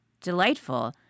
delightful